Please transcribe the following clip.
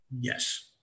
Yes